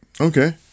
Okay